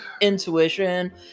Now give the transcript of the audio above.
intuition